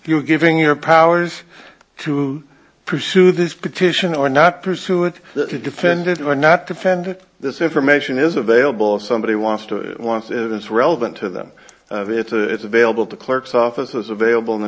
are giving your powers to pursue this petition or not pursue it to defend it or not defend this information is available if somebody wants to once it is relevant to them it's available to clerk's office as available in the